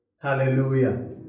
Hallelujah